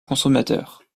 consommateurs